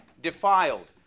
defiled